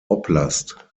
oblast